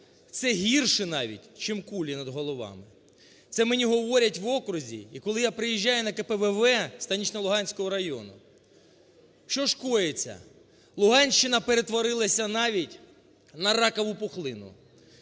це гірше навіть, чим кулі над головами. Це мені говорять в окрузі. І коли я приїжджаю на КПВВ Станично-Луганського району, що ж коїться. Луганщина перетворилася навіть на ракову пухлину: